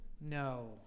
no